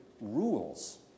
rules